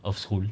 of school